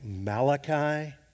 Malachi